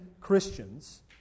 Christians